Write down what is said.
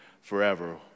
forever